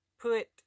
put